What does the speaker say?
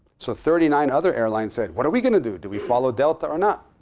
so thirty nine other airlines said, what are we going to do? do we follow delta or not?